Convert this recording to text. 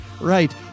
right